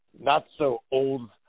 not-so-old